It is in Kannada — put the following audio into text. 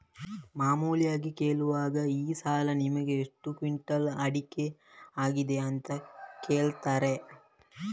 ಮಾಮೂಲಿಯಾಗಿ ಕೇಳುವಾಗ ಈ ಸಲ ನಿಮಿಗೆ ಎಷ್ಟು ಕ್ವಿಂಟಾಲ್ ಅಡಿಕೆ ಆಗಿದೆ ಅಂತ ಕೇಳ್ತಾರೆ